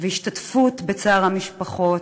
והשתתפות בצער המשפחות,